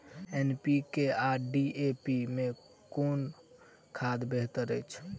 NPK आ DAP मे कुन खाद बेहतर अछि?